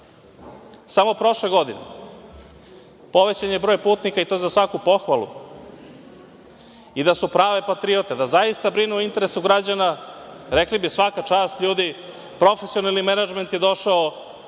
Samo prošle godine, povećan je broj putnika i to za svaku pohvalu, i da su prave patriote, da zaista brinu o interesu građana, rekli bi – svaka čast ljudi, profesionalni menadžment je došao